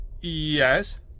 Yes